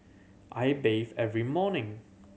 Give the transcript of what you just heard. I bathe every morning